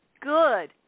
Good